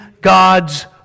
God's